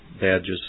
badges